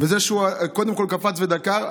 וזה שהוא קודם כול קפץ ודקר,